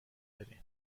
دارین